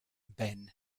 ben